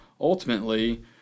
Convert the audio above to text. ultimately